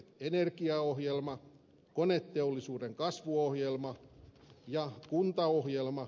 ener giaohjelma koneteollisuuden kasvuohjelma ja kuntaohjelma